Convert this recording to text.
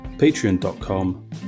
patreon.com